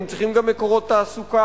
הם צריכים גם מקורות תעסוקה,